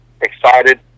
excited